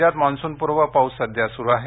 राज्यात मान्सून पूर्व पाऊस सध्या सुरू आहे